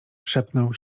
szepnął